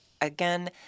again